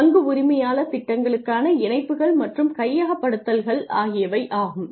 பங்கு உரிமையாளர் திட்டங்களுக்கான இணைப்புகள் மற்றும் கையகப்படுத்துதல்கள் ஆகுயாவை இருக்கும்